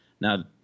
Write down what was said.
Now